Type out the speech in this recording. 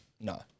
No